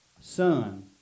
son